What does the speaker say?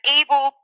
able